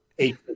eight